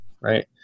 right